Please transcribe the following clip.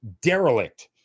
derelict